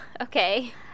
Okay